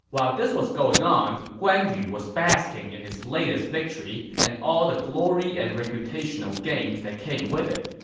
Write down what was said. while this was going on, guan yu was basking in his latest victory and all the glory and reputational gains that came with it.